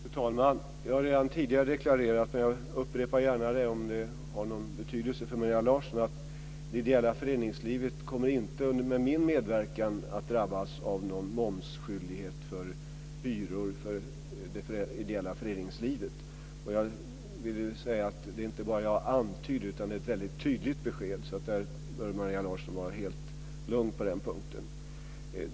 Fru talman! Jag har redan tidigare deklarerat, men upprepar det gärna om det har någon betydelse för Maria Larsson, att det ideella föreningslivet inte med min medverkan kommer att drabbas av momsskyldighet för hyror. Det är inte bara så att jag antyder det utan det är ett väldigt tydligt besked, så Maria Larsson bör vara helt lugn på den punkten.